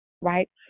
Right